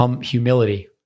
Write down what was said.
humility